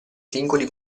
singoli